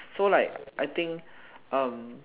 so like I think um